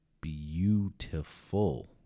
beautiful